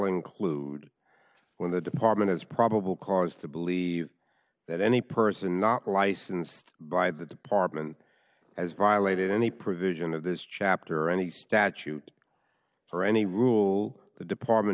include when the department is probable cause to believe that any person not licensed by the department has violated any provision of this chapter or any statute or any rule the department